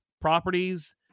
properties